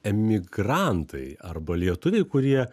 emigrantai arba lietuviai kurie